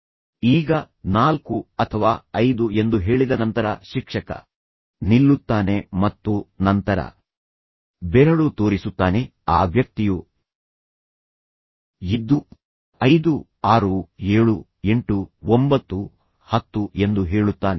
ಈಗ ನಾಲ್ಕು ಅಥವಾ ಐದು ಎಂದು ಹೇಳಿದ ನಂತರ ಶಿಕ್ಷಕ ನಿಲ್ಲುತ್ತಾನೆ ಮತ್ತು ನಂತರ ಬೆರಳು ತೋರಿಸುತ್ತಾನೆ ಆ ವ್ಯಕ್ತಿಯು ಎದ್ದು ಐದು ಆರು ಏಳು ಎಂಟು ಒಂಬತ್ತು ಹತ್ತು ಎಂದು ಹೇಳುತ್ತಾನೆ